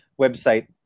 Website